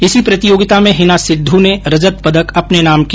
इसी प्रतियोगिता में हिना सिद्ध ने रजत पदक अपने नाम किया